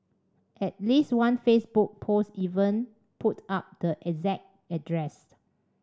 at least one Facebook post even put up the exact address